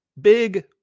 big